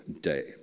day